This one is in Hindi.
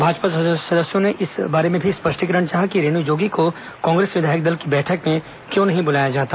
भाजपा सदस्यों ने इस बारे में भी स्पष्टीकरण चाहा कि रेणु जोगी को कांग्रेस विधायक दल की बैठक में क्यों नहीं बुलाया जाता